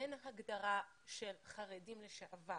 אין הגדרה של חרדים לשעבר